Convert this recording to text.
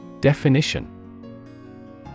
Definition